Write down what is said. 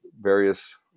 various